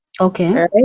okay